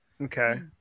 okay